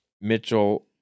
Mitchell